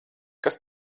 kas